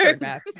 math